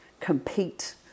compete